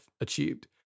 achieved